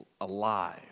alive